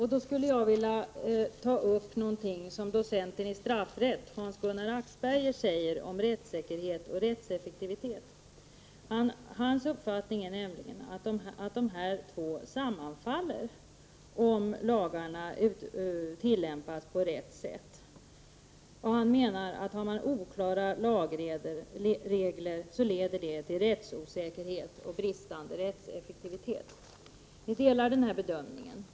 Jag skulle då vilja ta upp något som docenten i straffrätt Hans-Gunnar Axberger säger om rättssäkerhet och rättseffektivitet. Hans uppfattning är nämligen att dessa två sammanfaller om lagarna tillämpas på rätt sätt. Han menar att oklara lagregler leder till rättsosäkerhet och bristande rättseffektivitet. Vi delar denna bedömning.